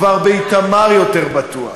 כבר באיתמר יותר בטוח.